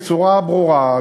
בצורה ברורה,